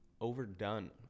overdone